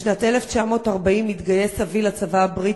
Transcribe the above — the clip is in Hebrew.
בשנת 1940 התגייס אבי לצבא הבריטי,